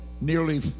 nearly